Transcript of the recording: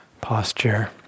posture